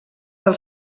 del